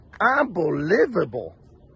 Unbelievable